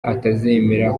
atazemera